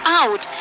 out